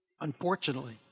Unfortunately